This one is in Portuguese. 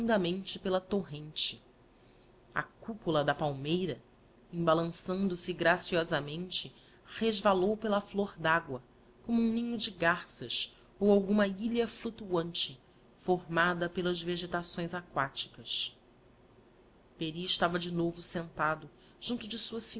pela torrente a cupola da palmeira embalançando se graciosamente resvalou pela flor d'agua como um ninho de garças ou alguma ilha fluctuante formada pelas vegetações aquáticas pery estava de novo sentado junto de sua